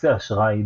כרטיסי אשראי,